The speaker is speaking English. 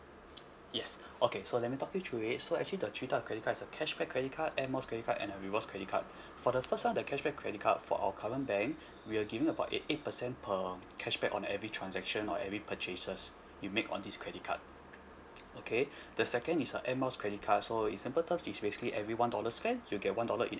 yes okay so let me talk you through it so actually the three type of credit cards is a cashback credit card air miles credit card and a rewards credit card for the first [one] the cashback credit card for our current bank we're giving about ei~ eight percent per cashback on every transaction or every purchases you make on this credit card okay the second is a air miles credit card so in simple term it's basically every one dollar spent you get one dollar in